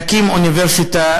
להקים אוניברסיטה